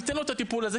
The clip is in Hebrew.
ניתן לו את הטיפול הזה,